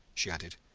she added.